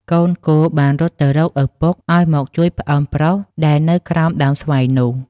កូនគោបានរត់ទៅរកឪពុកឲ្យមកជួយប្អូនប្រុសដែលនៅក្រោមដើមស្វាយនោះ ។